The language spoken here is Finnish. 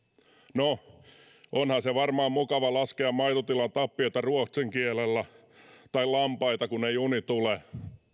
no onhan se varmaan mukava laskea maitotilatappioita ruotsin kielellä tai lampaita kun ei uni tule